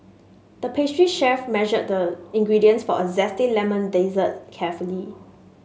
the pastry chef measured the ingredients for a zesty lemon dessert carefully